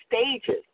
stages